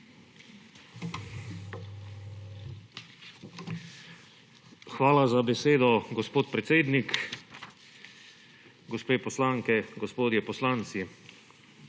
Hvala za besedo, gospod predsednik. Gospe poslanke, gospodje poslanci!